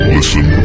Listen